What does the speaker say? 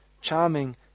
charming